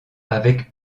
avec